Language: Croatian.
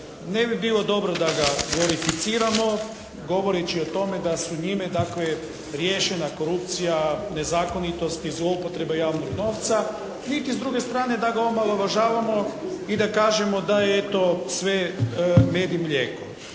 Ne bi bilo dobro da ga verificiramo govoreći o tome da su njime dakle riješena korupcija, nezakonitost i zloupotreba javnog novca niti s druge strane da ga omalovažavamo i da kažemo da je eto sve med i mlijeko.